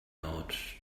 out